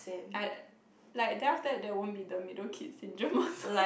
I like then after that there won't be the middle kid syndrome also